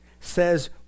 says